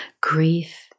Grief